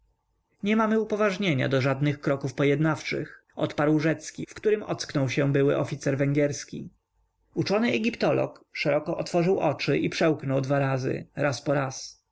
nie mamy upoważnienia do żadnych kroków pojednawczych odparł rzecki w którym ocknął się były oficer węgierski uczony egiptolog szeroko otworzył oczy i przełknął dwa razy razporaz na